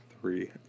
three